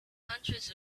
hundreds